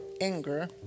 anger